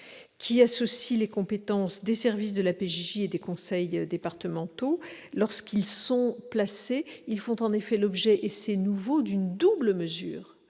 qui associent les compétences des services de la PJJ et celles des conseils départementaux. Lorsqu'ils sont placés, ils font l'objet, et c'est nouveau, d'une double mesure